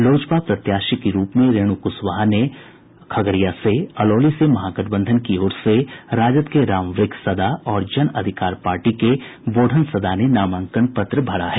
लोजपा प्रत्याशी के रूप में रेणु कुशवाहा ने खगड़िया से अलौली से महागठबंधन की ओर से राजद के रामवृक्ष सदा और जन अधिकार पार्टी के बोढ़न सदा ने नामांकन पत्र भरा है